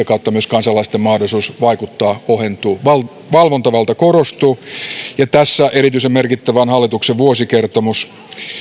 kautta myös kansalaisten mahdollisuus vaikuttaa ohentuu valvontavalta korostuu ja tässä erityisen merkittäviä ovat hallituksen vuosikertomus